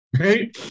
Okay